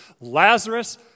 Lazarus